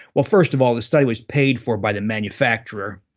well, first of all, the study was paid for by the manufacturer,